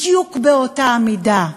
בדיוק באותה המידה,